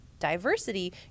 diversity